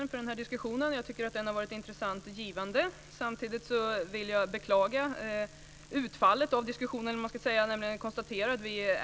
Fru talman!